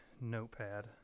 notepad